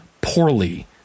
poorly